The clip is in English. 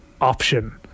option